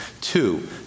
Two